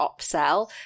upsell